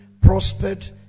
prospered